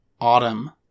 autumn